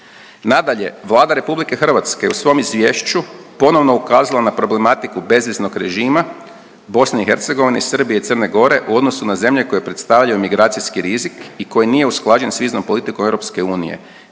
Nadalje, Vlada RH je u svom izvješću ponovno ukazala na problematiku bezviznog režima BiH i Srbije i Crne Gore u odnosu na zemlje koje predstavljaju migracijski rizik i koji nije usklađen s viznom politikom EU te je